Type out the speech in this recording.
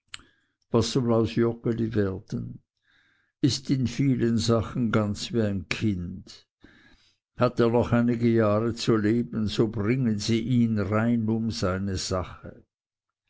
werden ist in vielen sachen ganz wie ein kind hat er noch einige jahre zu leben so bringen sie ihn rein um seine sache